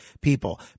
people